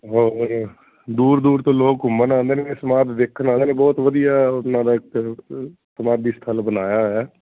ਔਰ ਦੂਰ ਦੂਰ ਤੋਂ ਲੋਕ ਘੁੰਮਣ ਆਉਂਦੇ ਨੇ ਸਮਾਧ ਦੇਖਣ ਆਉਂਦੇ ਨੇ ਬਹੁਤ ਵਧੀਆ ਉਹਨਾਂ ਦਾ ਇੱਥੇ ਸਮਾਧੀ ਸਥਾਨ ਬਣਾਇਆ ਹੋਇਆ